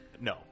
No